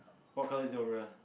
what colour is your rail